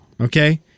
Okay